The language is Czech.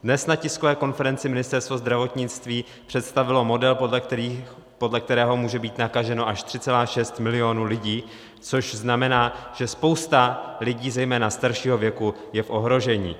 Dnes na tiskové konferenci Ministerstvo zdravotnictví představilo model, podle kterého může být nakaženo až 3,6 milionu lidí, což znamená, že spousta lidí zejména staršího věku je v ohrožení.